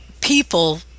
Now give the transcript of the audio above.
people